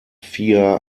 via